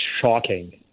shocking